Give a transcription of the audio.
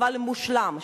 אבל מושלם,